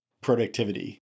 productivity